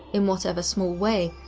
in whatever small way,